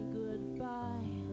goodbye